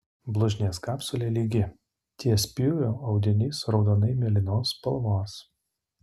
blužnies kapsulė lygi ties pjūviu audinys raudonai mėlynos spalvos